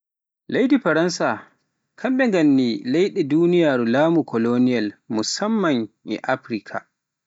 Leydi Faransa kanɓe ganna ni leyde duniyaaru laamu koloñaal musamman e Afirka.